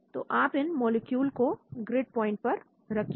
तो अब आप इन मॉलिक्यूल को ग्रिड प्वाइंट पर रखिए